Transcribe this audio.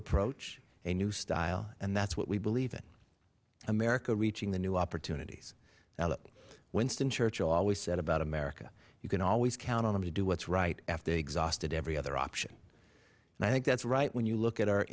approach a new style and that's what we believe in america reaching new opportunities winston churchill always said about america you can always count on them to do what's right after they've exhausted every other option i think that's right when you look at our